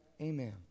Amen